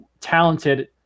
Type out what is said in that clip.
talented